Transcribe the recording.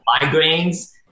migraines